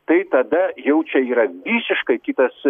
tai tada jau čia yra visiškai kitas